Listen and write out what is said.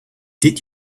did